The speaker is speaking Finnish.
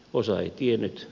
osa ei tiennyt